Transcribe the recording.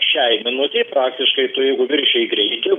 šiai minutei praktiškai tu jeigu viršijai greitį